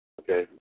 Okay